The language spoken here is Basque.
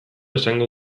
esango